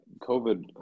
covid